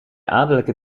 adellijke